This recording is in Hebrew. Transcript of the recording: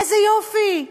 איזה יופי,